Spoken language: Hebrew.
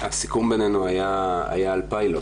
הסיכום בינינו היה על פיילוט,